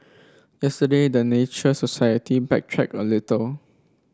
yesterday the Nature Society backtracked a little